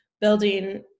building